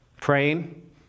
praying